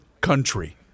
country